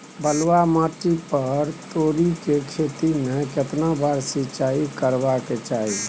बलुआ माटी पर तोरी के खेती में केतना बार सिंचाई करबा के चाही?